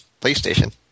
PlayStation